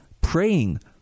praying